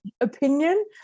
opinion